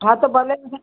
हा त भले